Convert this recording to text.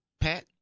Pat